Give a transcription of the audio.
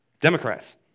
Democrats